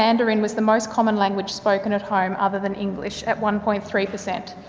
mandarin was the most common language spoken at home other than english, at one point three per cent.